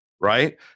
right